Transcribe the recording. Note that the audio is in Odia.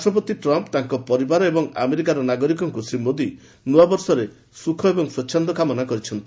ରାଷ୍ଟ୍ରପତି ଟ୍ରମ୍ପ ତାଙ୍କ ପରିବାର ଏବଂ ଆମେରିକାର ନାଗରିକମାନଙ୍କୁ ଶ୍ରୀ ମୋଦି ନୂଆବର୍ଷରେ ସୁଖ ଏବଂ ସ୍ୱାଚ୍ଚନ୍ଦ୍ୟ କାମନା କରିଛନ୍ତି